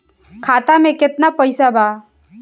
खाता में केतना पइसा बा?